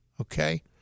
okay